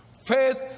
faith